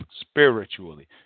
spiritually